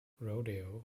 rodeo